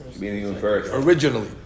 originally